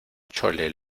chole